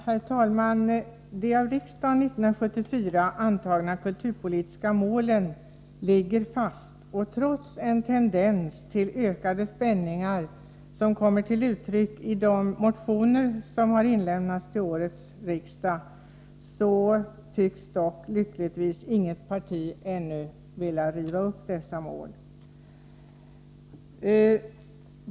Herr talman! De av riksdagen 1974 antagna kulturpolitiska målen ligger fast. Trots en tendens till ökade spänningar mellan de värderingar som kommer till uttryck i olika motioner, som har väckts till detta riksmöte, tycks dock lyckligtvis inget parti ännu vilja riva upp dessa mål.